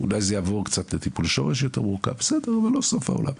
סוף העולם,